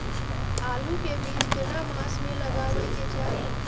आलू के बीज केना मास में लगाबै के चाही?